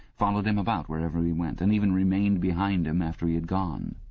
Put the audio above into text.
followed him about wherever he went, and even remained behind him after he had gone.